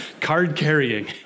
Card-carrying